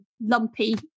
lumpy